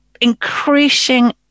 increasing